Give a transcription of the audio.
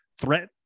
threat